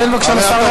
תן בבקשה לשר להשיב.